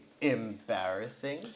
embarrassing